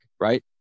right